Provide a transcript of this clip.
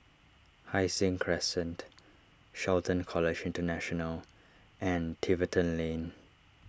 Hai Sing Crescent Shelton College International and Tiverton Lane